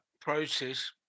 process